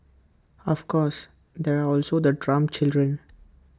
of course there are also the Trump children